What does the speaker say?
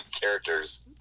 characters